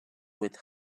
with